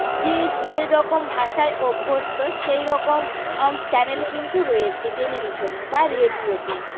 যে যেরকম ভাষায় অভ্যস্ত সেই রকম চ্যানেল কিন্তু রয়েছে টেলিভিশনে বা রেডিওতেও